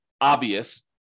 obvious